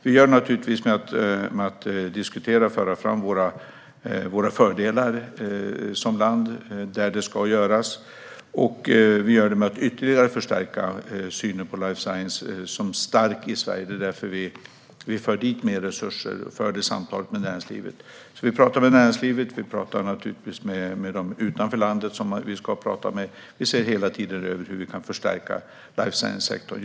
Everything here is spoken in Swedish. Det gör vi naturligtvis genom att diskutera och föra fram våra fördelar som land, och vi gör det genom att ytterligare förstärka synen på life science som stark i Sverige. Det är därför vi för dit mer resurser och för samtal med näringslivet. Vi pratar med näringslivet, och vi pratar naturligtvis också med dem utanför landet som vi ska prata med. Vi ser hela tiden över hur vi kan förstärka life science-sektorn.